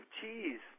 cheese